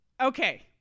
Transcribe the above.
Okay